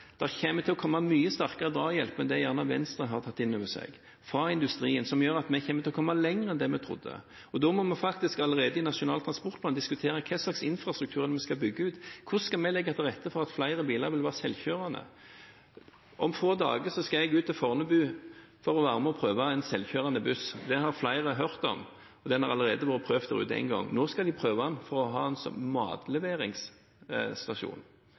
til å komme mye sterkere drahjelp fra industrien enn det Venstre har tatt inn over seg, som gjør at vi kommer til å komme lenger enn det vi trodde. Da må vi faktisk allerede i Nasjonal transportplan diskutere hva slags infrastruktur det er vi skal bygge ut, og hvordan vi skal legge til rette for at flere biler vil være selvkjørende. Om få dager skal jeg ut til Fornebu for å være med og prøve en selvkjørende buss. Det har flere hørt om, og den har allerede vært prøvd der ute en gang. Nå skal de prøve den for å ha den som matleveringsstasjon.